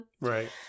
Right